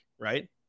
Right